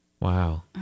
Wow